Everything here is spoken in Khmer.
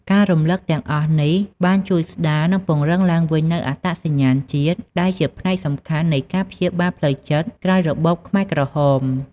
ការរំឭកទាំងអស់នេះបានជួយស្តារ និងពង្រឹងឡើងវិញនូវអត្តសញ្ញាណជាតិ ដែលជាផ្នែកសំខាន់នៃការព្យាបាលផ្លូវចិត្តក្រោយរបបខ្មែរក្រហម។